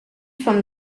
from